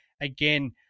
again